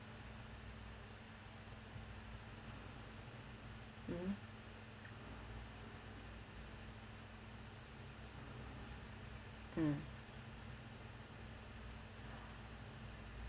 mmhmm mm